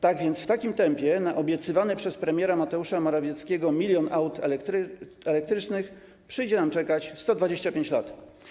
Tak więc w takim tempie na obiecywany przez premiera Mateusza Morawieckiego 1 mln aut elektrycznych przyjdzie nam czekać 125 lat.